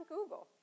Google